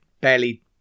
barely